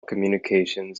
communications